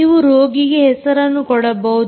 ನೀವು ರೋಗಿಗೆ ಹೆಸರನ್ನು ಕೊಡಬಹುದು